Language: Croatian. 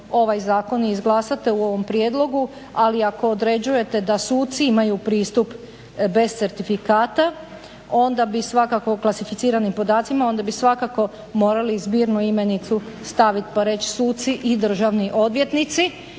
ovaj zakon izglasate u ovom prijedlogu, ali ako određujete da suci imaju pristup bez certifikata o klasificiranim podacima onda bi svakako morali zbirnu imenicu staviti pa reći suci i državni odvjetnici